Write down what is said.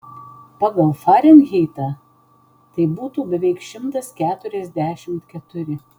pagal farenheitą tai būtų beveik šimtas keturiasdešimt keturi